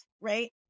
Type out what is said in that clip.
right